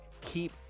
keep